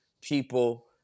people